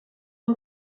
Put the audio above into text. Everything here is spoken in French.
van